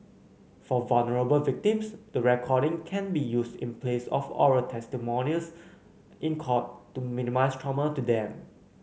for vulnerable victims the recording can be used in place of oral testimonies in court to minimize trauma to them